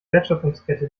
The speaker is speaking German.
wertschöpfungskette